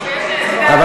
יש, רק